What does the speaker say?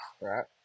right